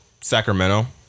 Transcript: Sacramento